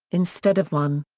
instead of one.